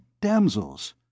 damsels